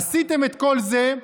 עשיתם את כל זה,